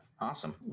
Awesome